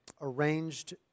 arranged